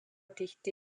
tihti